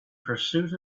pursuit